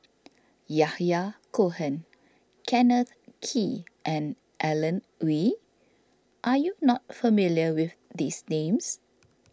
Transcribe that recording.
Yahya Cohen Kenneth Kee and Alan Oei Are you not familiar with these names